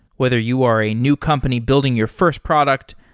whether you are a new company building your first product,